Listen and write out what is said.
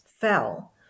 fell